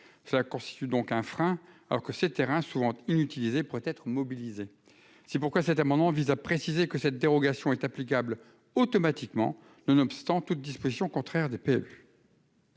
Cela constitue donc un frein, alors que ces terrains, souvent inutilisés, pourraient être mobilisés. C'est pourquoi cet amendement vise à préciser que cette dérogation est applicable automatiquement, nonobstant toute disposition contraire des PLU.